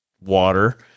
water